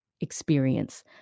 experience